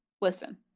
listen